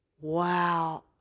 wow